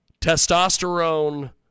testosterone